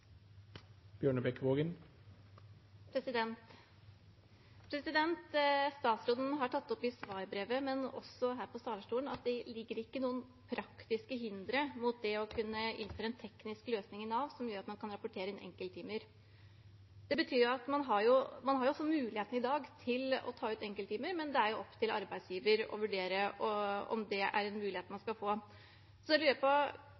noen praktiske hindre for å kunne innføre en teknisk løsning i dag som gjør at man kan rapportere inn enkelttimer. Det betyr at man også i dag har mulighet til å ta ut enkelttimer, men det er opp til arbeidsgiveren å vurdere om det er en mulighet man skal få. Så jeg lurer på,